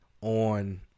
on